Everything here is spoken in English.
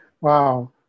Wow